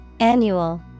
Annual